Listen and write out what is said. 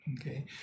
Okay